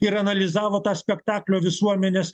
ir analizavo tą spektaklio visuomenės